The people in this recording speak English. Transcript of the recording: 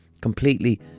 completely